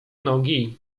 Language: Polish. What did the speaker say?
nogi